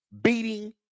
beating